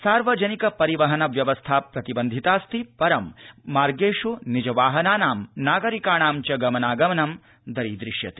सार्वजनिक परिवहन व्यवस्था प्रतिबन्धितास्ति परं मार्गेष् निजवाहनानां नागरिकाणां च गमनागमनं दरीदृश्यते